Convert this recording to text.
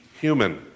human